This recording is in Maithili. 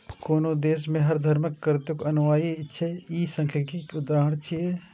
कोनो देश मे हर धर्मक कतेक अनुयायी छै, ई सांख्यिकीक उदाहरण छियै